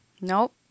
Nope